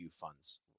funds